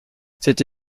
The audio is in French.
cette